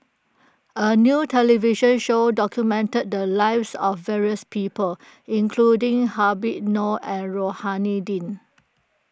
a new television show documented the lives of various people including Habib Noh and Rohani Din